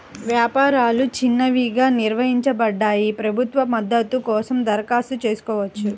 వ్యాపారాలు చిన్నవిగా నిర్వచించబడ్డాయి, ప్రభుత్వ మద్దతు కోసం దరఖాస్తు చేసుకోవచ్చు